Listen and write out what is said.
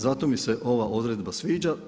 Zato mi se ova odredba sviđa.